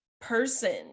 person